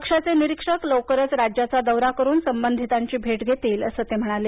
पक्षाचे निरीक्षक लवकरच राज्याचा दौरा करून संबंधितांची भेट घेतील असं ते म्हणाले